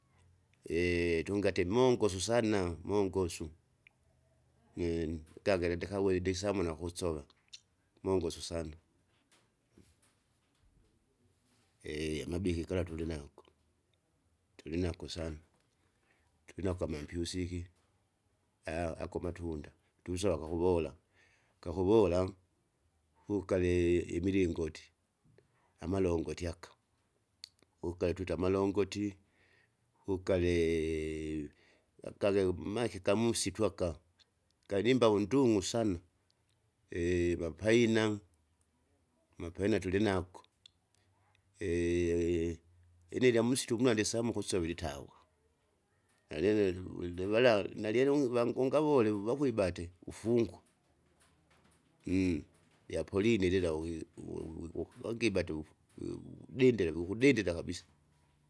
tungi atie mongoso sana mongosu, nkagila ndikawere disamuna kusova, mongosu sana. amabiki gala tulinago, tulinako sana, tuninako amapyusiki ako matunda tusawa gakuwola, gakuwola? hukaee imilingoti, amalongoti aga, ukale twita amalongoti, hukalee akage mmake kamusitu aka, kalinimbavu ndung'u sana, mapaina, mapaina tulinago, ini lyamusitu mula ndisame ukusove litawa. Nalyene livu livala nalyene ungu vangu ungavule vakwibate ufungu, lyapolini lila owe owukuki longa uvufu igudindile wukudindira kabisa.